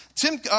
Tim